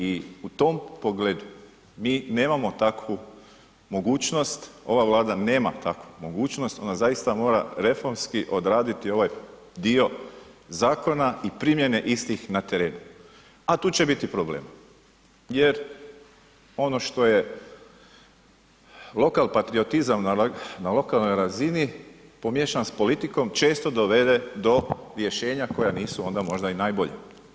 I u tom pogledu mi nemamo takvu mogućnost, ova Vlada nema takvu mogućnost, ona zaista mora reformski odraditi ovaj dio zakona i primjene istih na teren, a tu će biti problema, jer ono što je lokalpatriotizam na lokalnoj razini pomiješan s politikom često dovede do rješenja koja nisu onda možda i najbolja.